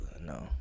no